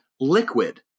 liquid